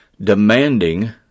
demanding